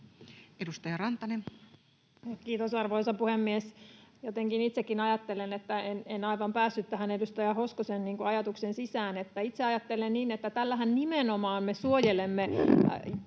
15:34 Content: Kiitos, arvoisa puhemies! Jotenkin itsekin ajattelen niin — en aivan päässyt tähän edustaja Hoskosen ajatuksen sisään — että tällähän nimenomaan me suojelemme